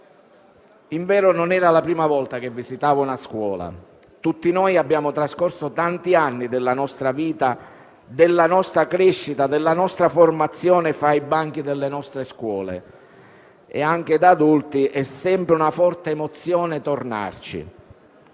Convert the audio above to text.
Invero, non era la prima volta che visitavo una scuola. Tutti noi abbiamo trascorso tanti anni della nostra vita, della nostra crescita e della nostra formazione fra i banchi di scuola e anche da adulti è sempre una forte emozione tornarci.